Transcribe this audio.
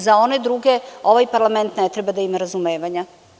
Za one druge ovaj parlament ne treba da ima razumevanja.